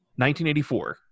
1984